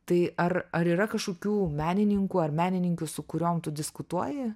tai ar ar yra kažkokių menininkų ar menininkių su kuriom tu diskutuoji